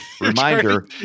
reminder